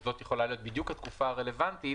וזאת יכולה להיות בדיוק התקופה הרלוונטית,